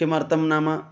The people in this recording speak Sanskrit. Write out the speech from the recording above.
किमर्थं नाम